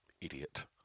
Idiot